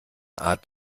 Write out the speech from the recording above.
art